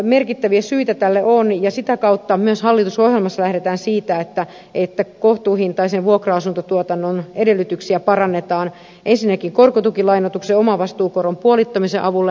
merkittäviä syitä tälle on ja sitä kautta myös hallitusohjelmassa lähdetään siitä että kohtuuhintaisen vuokra asuntotuotannon edellytyksiä parannetaan ensinnäkin korkotukilainoituksen omavastuukoron puolittamisen avulla